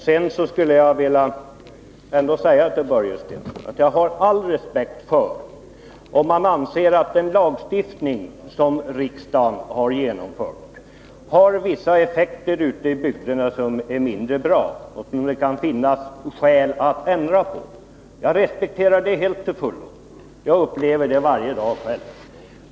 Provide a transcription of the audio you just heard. Sedan skulle jag vilja säga till Börje Stensson att jag har all respekt för uppfattningen att en lagstiftning, som riksdagen genomfört ute i bygderna, kan ha vissa effekter som är mindre bra, varför det kan finnas skäl att göra ändringar. Jag respekterar det helt och fullt. Jag upplever det själv varje dag.